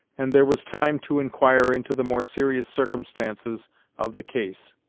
and there was time to enquire into the more serious circumstances of the case.